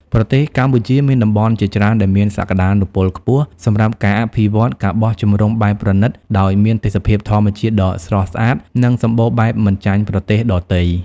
ប្រទេសកម្ពុជាមានតំបន់ជាច្រើនដែលមានសក្តានុពលខ្ពស់សម្រាប់ការអភិវឌ្ឍ ការបោះជំរំបែបប្រណីត ដោយមានទេសភាពធម្មជាតិដ៏ស្រស់ស្អាត និងសម្បូរបែបមិនចាញ់ប្រទេសដទៃ។